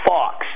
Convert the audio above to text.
Fox